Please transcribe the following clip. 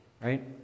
right